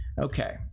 Okay